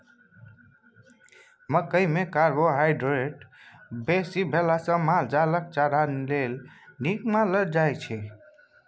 मकइ मे कार्बोहाइड्रेट बेसी भेला सँ माल जालक चारा लेल नीक मानल जाइ छै